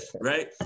right